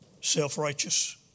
self-righteous